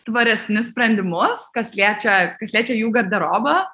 tvaresnius sprendimus kas liečia liečia jų garderobą